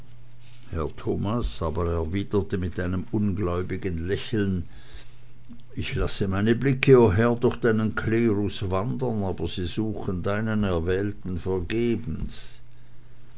mit einem ungläubigen lächeln ich lasse meine blicke o herr durch deinen klerus wandern aber sie suchen deinen erwählten